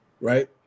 right